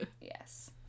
yes